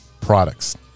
products